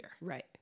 Right